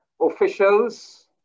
officials